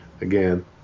Again